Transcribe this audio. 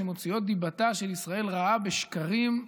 שמוציאות את דיבתה של ישראל רעה בשקרים?